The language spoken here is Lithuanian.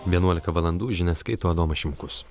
vienuolika valandų žinias skaito adomas šimkus